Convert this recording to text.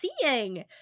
seeing